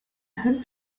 hope